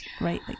right